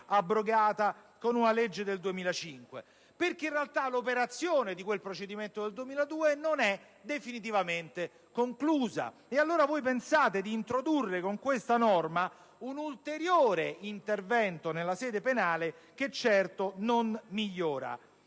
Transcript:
abrogata con una legge del 2005? Perché, in realtà, l'operazione di quel procedimento del 2002 non è definitivamente conclusa. Allora voi pensate di introdurre con questa norma un ulteriore intervento nella sede penale che certo non migliora.